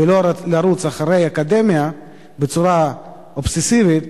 ולא תטפח רק את האקדמיה בצורה אובססיבית,